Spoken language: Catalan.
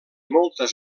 moltes